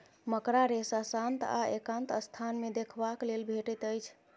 मकड़ा रेशा शांत आ एकांत स्थान मे देखबाक लेल भेटैत अछि